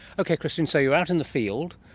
okay christian, so you're out in the field,